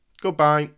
goodbye